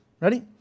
Ready